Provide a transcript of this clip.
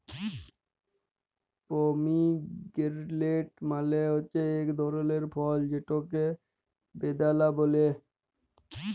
pomegranate মালে হছে ইক ধরলের ফল যেটকে বেদালা ব্যলে